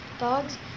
dogs